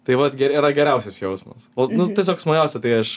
tai vat ge yra geriausias jausmas o nu tiesiog smagiausia tai aš